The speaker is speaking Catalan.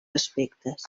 aspectes